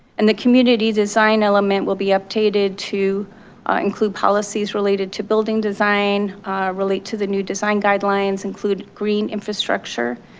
and the community design element will be updated to include policies related to building design relate to the new design guidelines include green infrastructure,